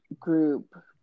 group